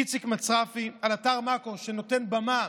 איציק מצרפי, על אתר מאקו, שנותן במה